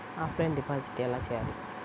Offline deposit ఎలా చేయాలి?